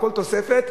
כל תוספת,